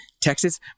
Texas